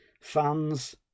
fans